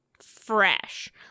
fresh